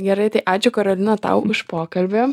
gerai tai ačiū karolina tau už pokalbį